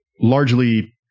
largely